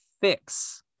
fix